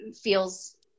feels